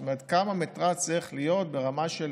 זאת אומרת כמה מטרז' צריך להיות ברמה של